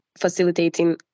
facilitating